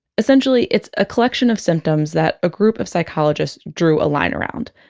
essentially, it's a collection of symptoms that a group of psychologists drew a line around.